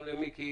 גם למיקי